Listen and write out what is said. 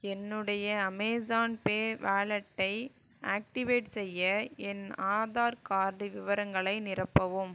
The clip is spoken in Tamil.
என்னுடைய அமேசான் பே வாலெட்டை ஆக்டிவேட் செய்ய என் ஆதார் கார்டு விவரங்களை நிரப்பவும்